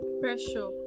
pressure